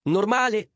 Normale